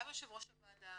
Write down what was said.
גם יו"ר הוועדה,